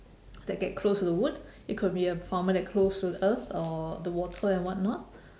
that get close to the wood it could be a farmer that close to earth or the water and whatnot